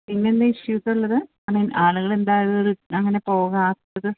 പിന്നെന്താണ് ഇഷ്യൂസുള്ളത് I mean ആളുകൾ എന്താണ് ഇത് അങ്ങനെ പോകാത്തത്